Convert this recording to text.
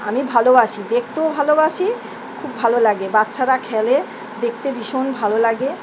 আমি ভালোবাসি দেখতেও ভালোবাসি খুব ভালো লাগে বাচ্চারা খেলে দেখতে ভীষণ ভালো লাগে